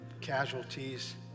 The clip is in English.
casualties